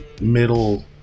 middle